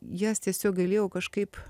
jas tiesiog galėjau kažkaip